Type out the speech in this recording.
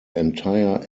entire